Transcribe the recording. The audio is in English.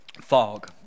fog